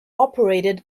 operated